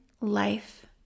life